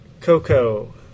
Coco